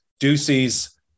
Ducey's